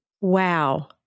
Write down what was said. Wow